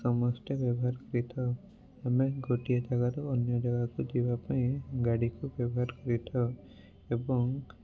ସମସ୍ତେ ବ୍ୟବହାର କରିଥାଉ ଆମେ ଗୋଟିଏ ଜାଗାରୁ ଅନ୍ୟ ଜାଗାକୁ ଯିବା ପାଇଁ ଗାଡ଼ିକୁ ବ୍ୟବହାର କରିଥାଉ ଏବଂ